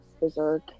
Berserk